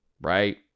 Right